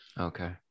Okay